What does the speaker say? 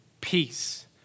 peace